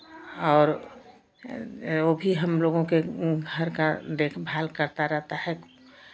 और वो भी हमलोगों के घर का देखभाल करता रहता है